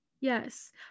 yes